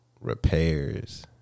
repairs